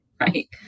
Right